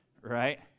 right